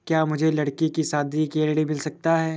क्या मुझे लडकी की शादी के लिए ऋण मिल सकता है?